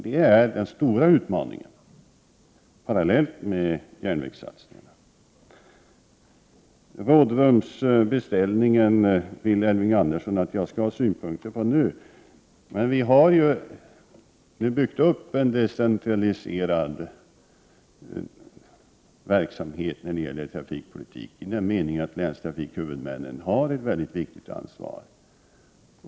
Det är den stora utmaningen, parallellt med järnvägssatsningarna. Elving Andersson vill att jag nu skall ha synpunkter på rådrumsbeställningen. Men vi har ju byggt upp en decentraliserad verksamhet när det gäller trafikpolitiken i den meningen att länstrafikhuvudmännen har ett mycket viktigt ansvar.